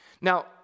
Now